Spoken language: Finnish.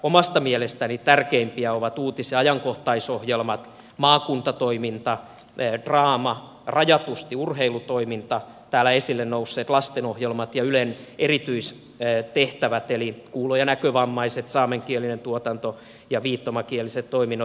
omasta mielestäni tärkeimpiä ovat uutis ja ajankohtaisohjelmat maakuntatoiminta draama rajatusti urheilutoiminta täällä esille nousseet lastenohjelmat ja ylen erityistehtävät eli kuulo ja näkövammaiset saamenkielinen tuotanto ja viittomakieliset toiminnot